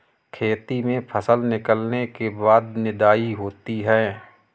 खेती में फसल निकलने के बाद निदाई होती हैं?